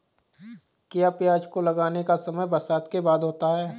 क्या प्याज को लगाने का समय बरसात के बाद होता है?